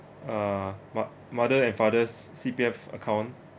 uh what mother and father's C_P_F account